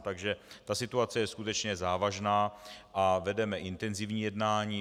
Takže ta situace je skutečně závažná a vedeme intenzivní jednání.